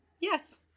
yes